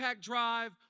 drive